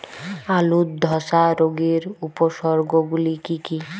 আলুর ধসা রোগের উপসর্গগুলি কি কি?